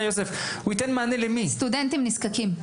לסטודנטים נזקקים.